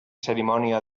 cerimònia